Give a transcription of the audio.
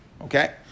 Okay